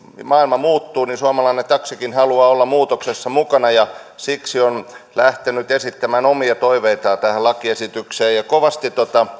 maailma muuttuu niin suomalainen taksikin haluaa olla muutoksessa mukana ja siksi on lähtenyt esittämään omia toiveitaan tähän lakiesitykseen kovasti